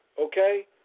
okay